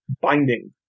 binding